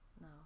No